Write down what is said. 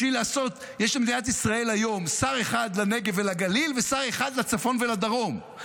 יש במדינת ישראל היום שר אחד לנגב ולגליל ושר אחד לצפון ולדרום.